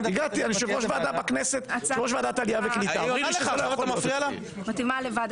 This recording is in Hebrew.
העלייה, הקליטה והתפוצות): היא גם.